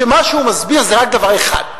שמה שהוא מסביר זה רק דבר אחד: